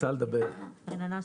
תודה רבה.